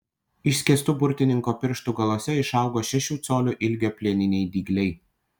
išskėstų burtininko pirštų galuose išaugo šešių colių ilgio plieniniai dygliai